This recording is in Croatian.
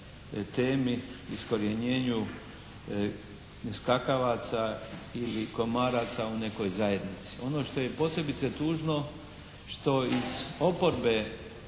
temi, iskorijenjenju skakavaca ili komaraca u nekoj zajednici. Ono što je posebice tužno što iz oporbe